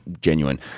genuine